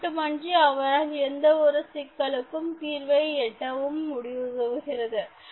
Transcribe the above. அதுமட்டுமின்றி அவரால் எந்த ஒரு சிக்கலுக்கும்எளிதாக தீர்வை எட்டவும் உதவுகிறது